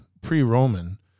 pre-Roman